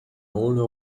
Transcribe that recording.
older